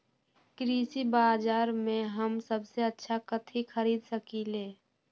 कृषि बाजर में हम सबसे अच्छा कथि खरीद सकींले?